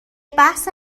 بحث